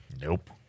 Nope